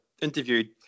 interviewed